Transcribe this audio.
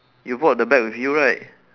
you bought the bag with you right